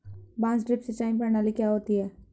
बांस ड्रिप सिंचाई प्रणाली क्या होती है?